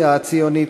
הציונית,